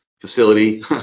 facility